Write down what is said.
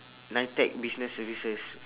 NITEC business services